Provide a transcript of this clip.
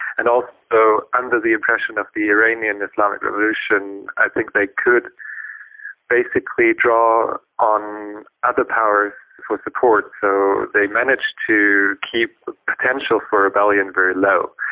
and also, under the impression of the iranian islamic revolution i think they could basically draw on other powers for support, so they managed to keep the potential for rebellion very low.